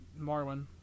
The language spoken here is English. Marwin